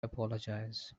apologize